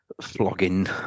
flogging